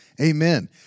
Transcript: Amen